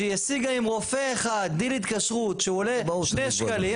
שהיא השיגה עם רופא אחד דיל התקשרות שהוא עולה 2 שקלים.